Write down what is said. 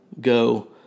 go